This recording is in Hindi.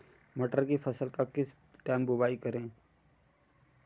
मटर की फसल का किस टाइम बुवाई करें?